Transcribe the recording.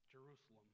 Jerusalem